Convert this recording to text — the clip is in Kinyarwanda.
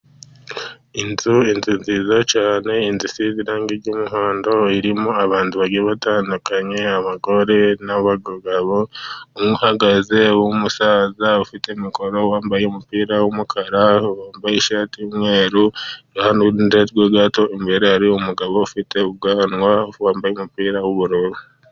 Inzu, inzu nziza cyane, inzu isize irangi ry'umuhondo. Irimo abantu bagiye batandukanye. Abagore n'abagabo. Umwe uhagaze w'umusaza ufite mikoro wambaye umupira w'umukara, wambaye ishati y'umweru, iruhandede rwe gato imbere, hari umugabo ufite ubwanwa wambaye umupira w'ubururu.